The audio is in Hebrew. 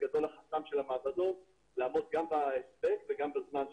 החסם של המעבדות - לעמוד גם בהספק וגם בזמן שנדרש.